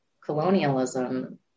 colonialism